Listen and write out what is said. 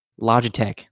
Logitech